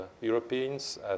Europeans